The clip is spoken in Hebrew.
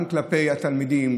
גם כלפי התלמידים,